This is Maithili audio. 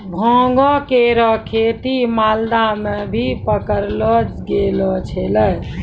भांगो केरो खेती मालदा म भी पकड़लो गेलो छेलय